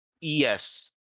Yes